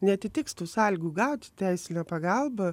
neatitiks tų sąlygų gauti teisinę pagalbą